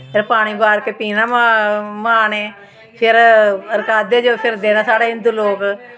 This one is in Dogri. ते पानी बार के पीना मां नै फिर रकादे जो फिरदे न साढ़े हिन्दू लोक